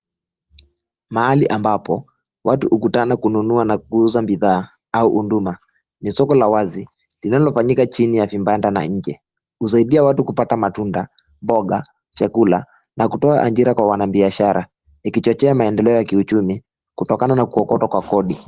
Mahali ambapo watu hukutana kununua na kuuza bidhaa au huduma . Ni soko la wazi linalofanyika chini ya vibanda na nje husaidia watu kupata matunda, mboga ,chakula na kutoa angira kwa wanabiashara ikitetea maendeleo ya kiuchumi kutokana kuokotwa kwa kodi.